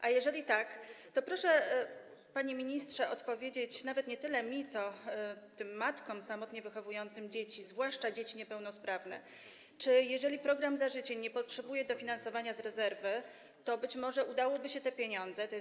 A jeżeli tak, to proszę, panie ministrze, powiedzieć, nawet nie tyle mnie, ile matkom samotnie wychowującym dzieci, zwłaszcza dzieci niepełnosprawne, skoro program „Za życiem” nie potrzebuje dofinansowania z rezerwy, to czy może udałoby się te pieniądze, tj.